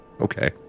Okay